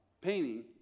painting